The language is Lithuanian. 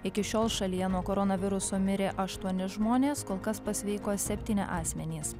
iki šiol šalyje nuo koronaviruso mirė aštuoni žmonės kol kas pasveiko septyni asmenys